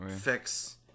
fix